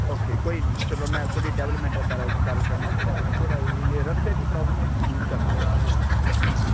okay कोई निं में थुआढ़ी डेवेल्पमेंट दे बारै च गल्ल करना थुआढ़ा रस्ते दी प्रॉब्लम ऐ इसी दूर करना